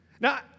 Now